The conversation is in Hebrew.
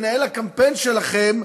מנהל הקמפיין שלכם,